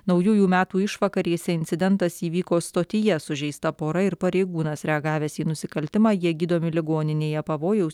naujųjų metų išvakarėse incidentas įvyko stotyje sužeista pora ir pareigūnas reagavęs į nusikaltimą jie gydomi ligoninėje pavojaus